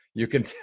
you can tell,